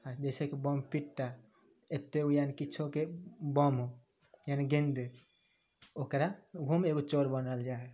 आ जैसे कि बमपिट्टा एतऽ यानि किछो के बम यानि गेंदे ओकरा ओहु मे एगो चोर बनाओल जाए हय